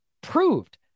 proved